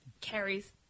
carries